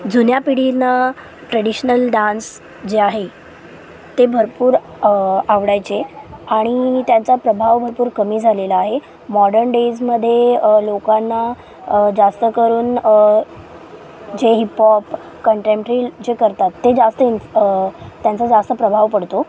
जुन्या पिढीनं traditional dance जे आहे ते भरपूर आवडायचे आणि त्यांचा प्रभाव भरपूर कमी झालेला आहे मॉडर्न डेजमध्ये लोकांना जास्त करून जे हिप हॉप कंटेम्पट्री जे करतात ते जास्त यूज त्यांचा जास्त प्रभाव पडतो